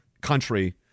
country